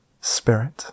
spirit